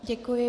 Děkuji.